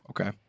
Okay